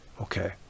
okay